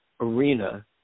arena